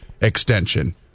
extension